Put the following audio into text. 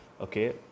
okay